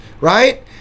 right